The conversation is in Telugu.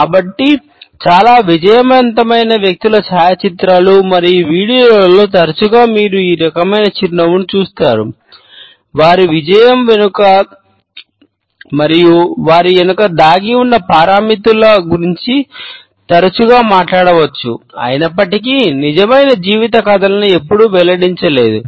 కాబట్టి చాలా విజయవంతమైన వ్యక్తుల ఛాయాచిత్రాలు మరియు వీడియోలలో గురించి తరచుగా మాట్లాడవచ్చు అయినప్పటికీ నిజమైన జీవిత కథలను ఎప్పుడూ వెల్లడించలేదు